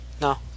No